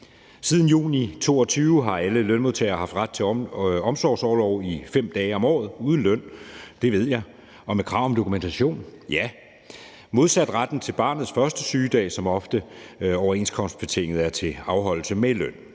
Siden juni 2022 har alle lønmodtagere haft ret til omsorgsorlov i 5 dage om året – uden løn, det ved jeg, og med krav om dokumentation, ja, og modsat retten til barnets første sygedag, som ofte overenskomstbetinget er til afholdelse med løn.